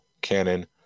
canon